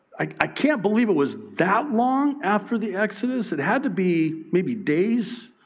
i can't believe it was that long after the exodus. it had to be maybe days